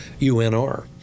UNR